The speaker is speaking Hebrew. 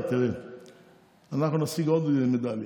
בסוף אתה צריך לעמוד מול הבוחרים שלך ולהסביר למה